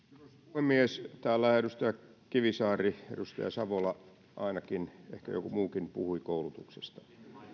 puhemies täällä edustaja kivisaari ja edustaja savola ainakin ehkä joku muukin puhuivat koulutuksesta